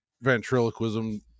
ventriloquism